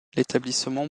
l’établissement